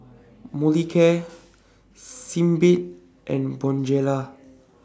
Molicare Sebamed and Bonjela